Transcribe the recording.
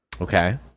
Okay